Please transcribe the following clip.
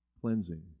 cleansing